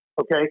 Okay